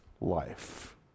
life